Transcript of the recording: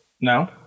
No